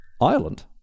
ireland